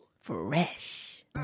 Fresh